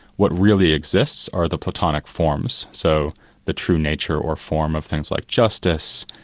what really exists are the platonic forms, so the true nature or form of things like justice,